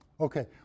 Okay